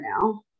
now